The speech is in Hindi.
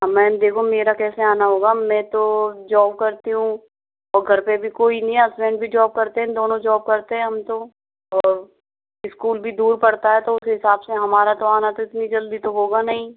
मैम देखो मेरा कैसे आना होगा मैं तो जॉब करती हूँ और घर पर भी कोई नहीं है हस्बैंड भी जॉब करते है दोनों जॉब करते है हम तो स्कूल भी दूर पड़ता है तो उस हिसाब से हमारा तो आना तो इतनी जल्दी तो होगा नहीं